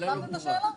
הבנתם את השאלה?